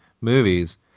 movies